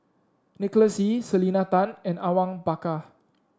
Nicholas Ee Selena Tan and Awang Bakar